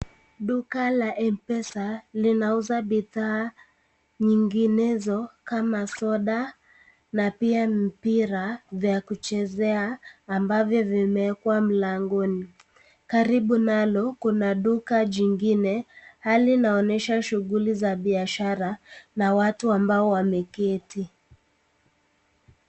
Duka la M-pesa linauza bidhaa nyinginezo kama soda na pia mpira vya kuchezea ambavyo vimewekwa mlangoni. Karibu nalo kuna duka jingine hali inaonyesha shughuli za biashara na watu ambao wameketi.